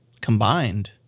combined